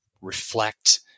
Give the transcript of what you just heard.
reflect